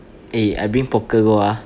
eh I bring poker go ah